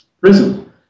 prison